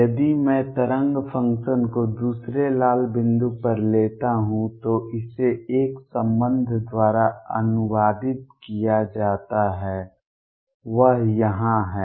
यदि मैं तरंग फ़ंक्शन को दूसरे लाल बिंदु पर लेता हूं तो इसे एक संबंध द्वारा अनुवादित किया जाता है वह यहां है